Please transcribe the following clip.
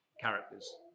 characters